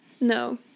No